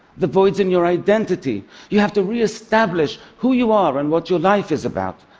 the voids in your identity you have to reestablish who you are and what your life is about.